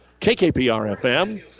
KKPR-FM